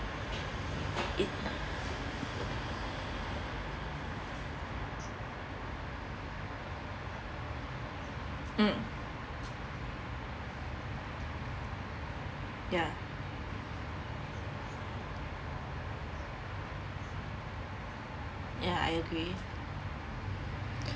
mm ya ya I agree